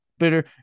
Bitter